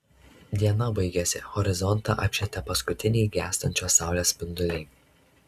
diena baigėsi horizontą apšvietė paskutiniai gęstančios saulės spinduliai